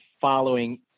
following